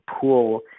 pool